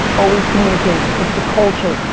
always communicate. it's the culture.